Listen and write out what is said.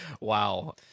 Wow